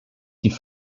die